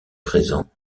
présents